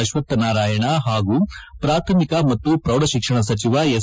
ಆಶ್ವಕ್ಷನಾರಾಯಣ ಹಾಗೂ ಪ್ರಾಥಮಿಕ ಮತ್ತು ಪ್ರೌಢ ಶಿಕ್ಷಣ ಸಚಿವ ಎಸ್